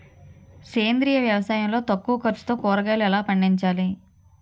సేంద్రీయ వ్యవసాయం లో తక్కువ ఖర్చుతో కూరగాయలు ఎలా పండించాలి?